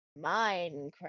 minecraft